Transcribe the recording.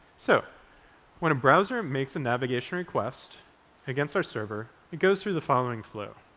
so when a browser makes a navigation request against our server, it goes through the following flow.